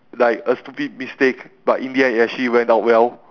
like a stupid mistake but in the end it actually went out well